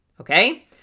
Okay